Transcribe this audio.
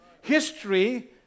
History